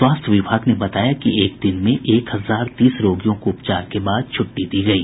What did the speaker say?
स्वास्थ्य विभाग ने बताया कि एक दिन में एक हजार तीस रोगियों को उपचार के बाद छुट्टी दी गयी